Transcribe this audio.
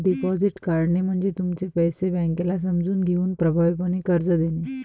deposit काढणे म्हणजे तुमचे पैसे बँकेला समजून घेऊन प्रभावीपणे कर्ज देणे